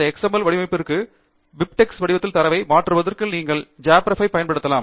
XML வடிவமைப்புக்கு பிபி வடிவத்திலிருந்து தரவை மாற்றுவதற்கு நீங்கள் ஜாப்ரெப் ஐப் பயன்படுத்தலாம்